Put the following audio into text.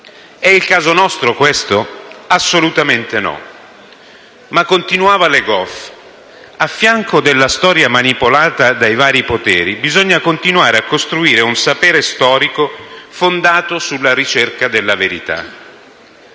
È il caso nostro questo? Assolutamente no. Ma continuava Le Goff: «A fianco della storia manipolata dai vari poteri bisogna continuare a costruire un sapere storico fondato sulla ricerca della verità».